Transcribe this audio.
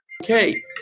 Okay